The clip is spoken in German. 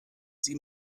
sie